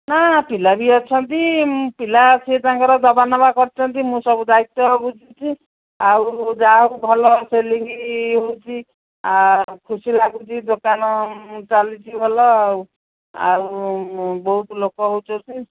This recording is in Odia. ନା ପିଲା ବି ଅଛନ୍ତି ମୁଁ ପିଲା ସିଏ ତାଙ୍କର ଦେବା ନେବା କରୁଛନ୍ତି ମୁଁ ସବୁ ଦାୟିତ୍ୱ ବୁଝୁଛି ଆଉ ଯାହା ହଉ ଭଲ ସେଲିଙ୍ଗ ହେଉଛି ଆଉ ଖୁସି ଲାଗୁଛି ଦୋକାନ ଚାଲିଛି ଭଲ ଆଉ ଆଉ ବହୁତ ଲୋକ ହେଉଛନ୍ତି